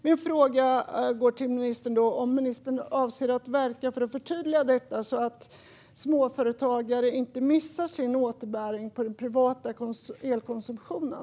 Min fråga är om ministern avser att verka för att förtydliga detta så att småföretagare inte missar sin återbäring när det gäller den privata elkonsumtionen.